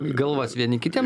galvas vieni kitiem